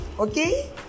Okay